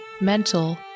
mental